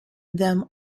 them